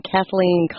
Kathleen